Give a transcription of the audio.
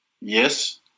Yes